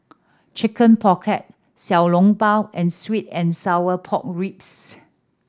Chicken Pocket Xiao Long Bao and sweet and sour pork ribs